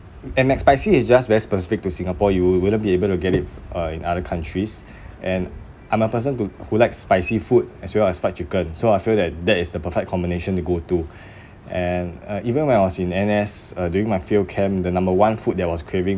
and mcspicy is just very specific to singapore you wouldn't be able to get it uh in other countries and I'm a person to who like spicy food as well as fried chicken so I feel that that is the perfect combination to go to and uh even when I was in N_S uh during my field camp the number one food that I was craving